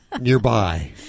nearby